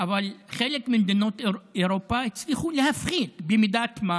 אבל חלק ממדינות אירופה הצליחו להפחית במידת מה